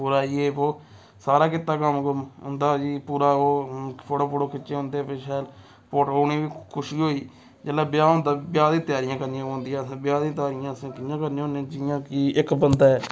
पूरा यह् वो सारा कीता कम्म कुम्म उं'दा जी पूरा ओह् फोटो फोटो खिच्चे होंदे फ्ही शैल फोटो उ'नें बी खुशी होई जेल्लै ब्याह् होंदा ब्याह् दियां त्यारियां करनियां पौंदियां अस ब्याह् दियां त्यारियां अस कि'यां करने होन्ने जि'यां कि इक बंदा ऐ